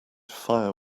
fire